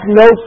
no